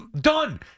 done